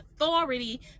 authority